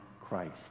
Christ